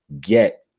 get